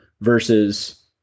versus